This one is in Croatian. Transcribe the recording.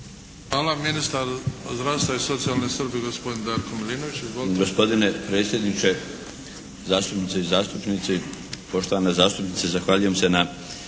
Hvala. Ministar zdravstva i socijalne skrbi gospodin Darko Milinović.